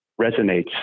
resonates